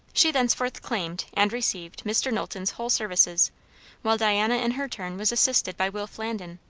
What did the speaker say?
she thenceforth claimed, and received, mr. knowlton's whole services while diana in her turn was assisted by will flandin,